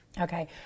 Okay